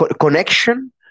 connection